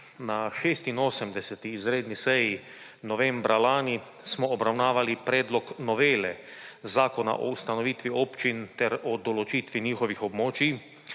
Na 86. izredni seji novembra lani smo obravnavali predlog novele Zakona o ustanovitvi občin ter o določitvi njihovih območij